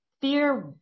fear